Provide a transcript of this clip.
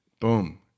Boom